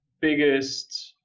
biggest